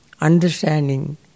understanding